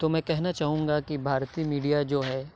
تو میں کہنا چاہوں گا کہ بھارتی میڈیا جو ہے